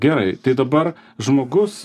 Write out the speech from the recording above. gerai tai dabar žmogus